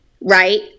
right